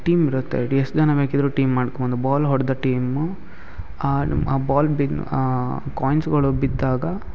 team ಇರುತ್ತೆ ಡಿ ಎಷ್ಟು ಜನ ಬೇಕಿದ್ದರೂ ಟೀಮ್ ಮಾಡ್ಕೊಬೋದು ಬಾಲ್ ಹೊಡೆದ ಟೀಮು ಆ ಮ್ ಆ ಬಾಲ್ ಬಿದ್ನ್ ಆ ಕಾಯ್ನ್ಸ್ಗಳು ಬಿದ್ದಾಗ